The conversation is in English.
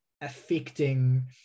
affecting